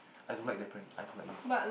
I don't like that brand I don't like you